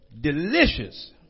delicious